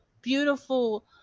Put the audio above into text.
beautiful